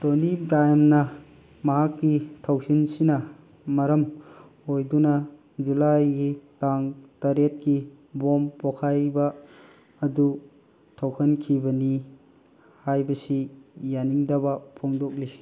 ꯇꯣꯅꯤ ꯕ꯭ꯔꯥꯟꯅ ꯃꯍꯥꯛꯀꯤ ꯊꯧꯁꯤꯟꯁꯤꯅ ꯃꯔꯝ ꯑꯣꯏꯗꯨꯅ ꯖꯨꯂꯥꯏꯒꯤ ꯇꯥꯡ ꯇꯔꯦꯠꯀꯤ ꯕꯣꯝ ꯄꯣꯈꯥꯏꯕ ꯑꯗꯨ ꯊꯣꯛꯍꯟꯈꯤꯕꯅꯤ ꯍꯥꯏꯕꯁꯤ ꯌꯥꯅꯤꯡꯗꯕ ꯐꯣꯡꯗꯣꯛꯂꯤ